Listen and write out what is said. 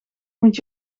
moet